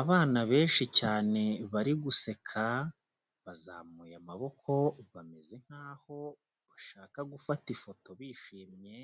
Abana benshi cyane bari guseka, bazamuye amaboko bameze nk'aho bashaka gufata ifoto bishimye,